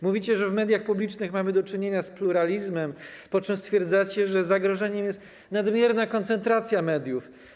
Mówicie, że w mediach publicznych mamy do czynienia z pluralizmem, po czym stwierdzacie, że zagrożeniem jest nadmierna koncentracja mediów.